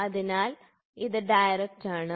അതിനാൽ ഇത് ഡയറക്റ്റ് ആണ്